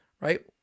Right